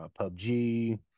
PUBG